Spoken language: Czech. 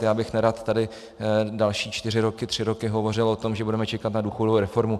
Já bych nerad tady další čtyři roky, tři roky hovořil o tom, že budeme čekat na důchodovou reformu.